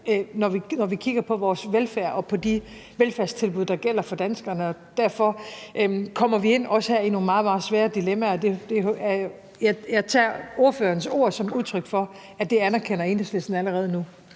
når vi kigger på vores velfærd og på de velfærdstilbud, der gælder for danskerne. Derfor kommer vi også i nogle meget svære dilemmaer. Jeg tager fru Maj Villadsens ord som udtryk for, at det anerkender Enhedslisten allerede nu.